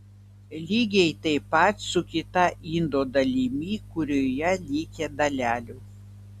lygiai taip pat su kita indo dalimi kurioje likę dalelių